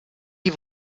die